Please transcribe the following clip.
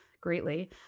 greatly